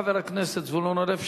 חבר הכנסת זבולון אורלב,